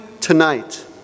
tonight